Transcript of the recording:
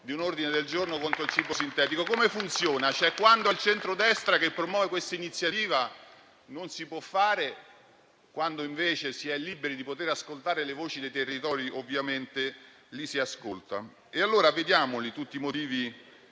di un ordine del giorno contro il cibo sintetico. Come funziona? Quando è il centrodestra che promuove questa iniziativa, non si può fare; quando invece si è liberi di ascoltare le voci dei territori, ovviamente li si ascolta. Vediamoli, allora, tutti i motivi